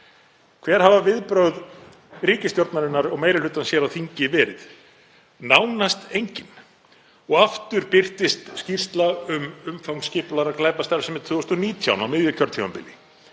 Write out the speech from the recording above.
Hver hafa viðbrögð ríkisstjórnarinnar og meiri hlutans hér á þingi verið? Nánast engin. Og aftur birtist skýrsla um umfang skipulagðrar glæpastarfsemi 2019, á miðju kjörtímabili.